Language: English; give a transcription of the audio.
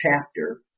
chapter